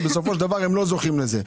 שבסופו של דבר הם לא זוכים לזה.